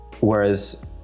Whereas